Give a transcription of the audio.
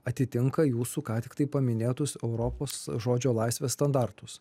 atitinka jūsų ką tik paminėtus europos žodžio laisvės standartus